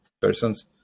persons